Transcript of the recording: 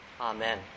amen